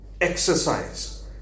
Exercise